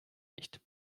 nicht